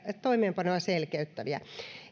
toimeenpanoa selkeyttäviä